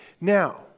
Now